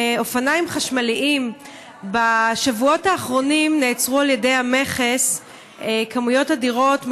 אופניים חשמליים: בשבועות האחרונים נעצרו על ידי המכס כמויות אדירות,